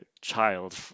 child